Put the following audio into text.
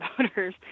voters